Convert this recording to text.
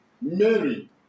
Mary